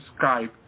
Skype